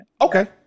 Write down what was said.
Okay